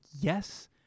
yes